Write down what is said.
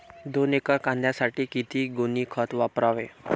दोन एकर कांद्यासाठी किती गोणी खत वापरावे?